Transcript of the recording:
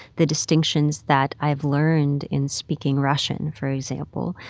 the distinctions that i've learned in speaking russian, for example,